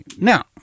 now